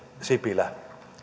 sipilä